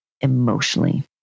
emotionally